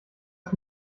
ist